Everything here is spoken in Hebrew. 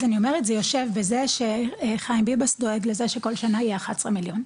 אז אני אומרת זה יושב בזה שחיים ביבס דואג לזה שכל שנה יהיה 11 מיליון,